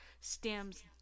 stems